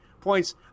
points